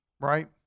right